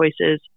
choices